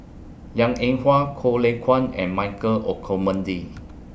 Liang Eng Hwa Goh Lay Kuan and Michael Olcomendy